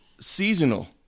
seasonal